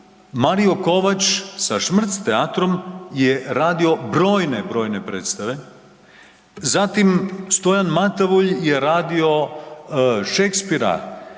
Mario Kovač sa Šmrc teatrom je radio brojne, brojne predstave, zatim Stojan Matavulj je radio Šekspira